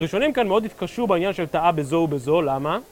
ראשונים כאן מאוד התקשו בעניין של טעה בזו ובזו, למה?